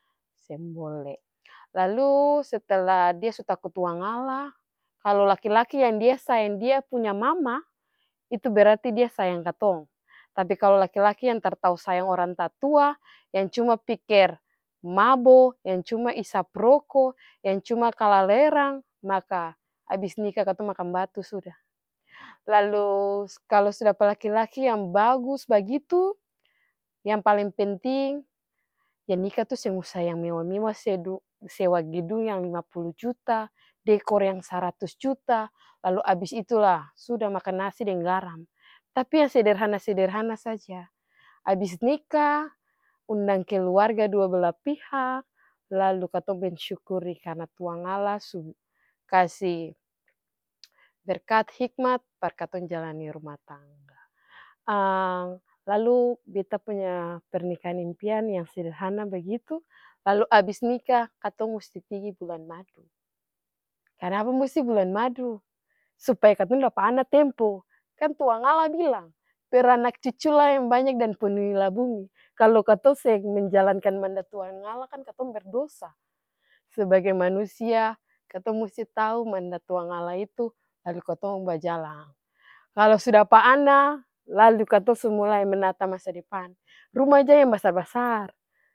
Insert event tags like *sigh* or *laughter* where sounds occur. Seng bole, lalu kalu dia su taku tuangalla kalu laki-laki yang dia sayang dia punya mama itu berarti dia sayang katong, tapi kalu laki-laki yang tar tau sayang orang tatua yang cuma pikir mabo, yang cuma isap roko, yang cuma kalelerang maka abis nika katong makan batu suda, lalu kalu su dapa laki-laki yang bagus bagitu yang paleng penting nika itu seng usa yang mewah-mewah *hesitation* sewa gedung yang lima pulu juta dekor yang saratus juta lalu abis itu lah suda makan nasi deng garam, tapi yang sederhana-sederhana saja. Abis nika undang keluarga dua bela pihak lalu katong mensyukuri karna tuangalla su kasi berkat hikmat par katong jalani ruma tangga. *hesitation* lalu beta punya pernikahan impian yang sederhana bagitu lalu abis nikah katong musti pigi bulan madu, kanapa musti bulan madu supaya katong dapa ana tempo kan tuangalla bilang beranak cuculah yang banyak dan penuhilah bumi, kalu katong seng menjalankan mandat tuangalla kan katong berdosa, sebagai manusia katong musti tau mandat tuangalla itu lalu katong bajalang, kalu su dapa ana lalu katong su mulai menata masa depan, rumah jang yang basar-basar.